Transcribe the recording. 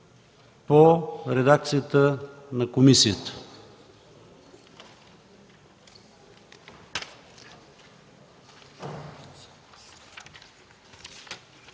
в редакцията на комисията.